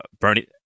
Bernie